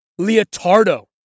Leotardo